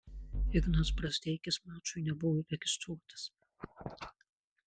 ignas brazdeikis mačui nebuvo registruotas